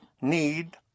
need